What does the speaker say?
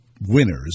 winners